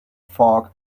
fork